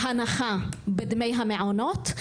הנחה בדמי המעונות.